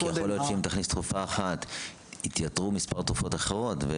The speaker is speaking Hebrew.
כי יכול להיות שאם תכניס תרופה אחת יתייתרו מספר תרופות אחרות.